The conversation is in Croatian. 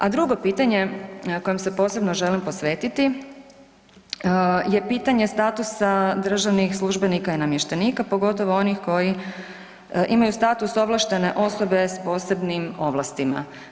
A drugo pitanje kojem se posebno želim posvetiti je pitanje statusa državnih službenika i namještenika, pogotovo onih koji imaju status ovlaštene osobe s posebnim ovlastima.